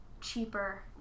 cheaper